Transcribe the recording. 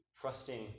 trusting